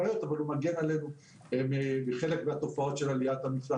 אני מתכבד לפתוח את הישיבה של ועדת המשנה